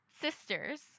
sisters